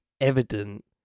evident